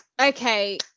okay